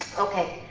okay.